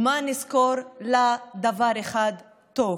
ומה נזכור לה דבר אחד טוב.